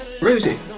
Rosie